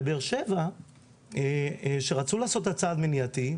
בבאר שבע שרצו לעשות את הצעד מניעתי,